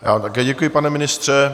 Já vám také děkuji, pane ministře.